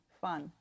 fun